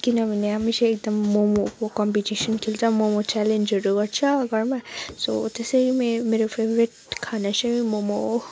किनभने हामी चाहिँ एकदम मोमोको कम्पिटिसन खेल्छ मोमो च्यालेन्जहरू गर्छ घरमा सो त्यसै मेरो फेभ्रेट खाना चाहिँ मोमो हो